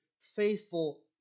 faithful